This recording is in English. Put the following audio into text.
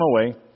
away